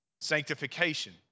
sanctification